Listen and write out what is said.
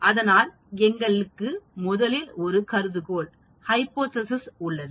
அதனால் எங்களுக்கு முதலில் ஒரு கருதுகோள்ஹைபோதேசிஸ் உள்ளது